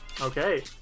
Okay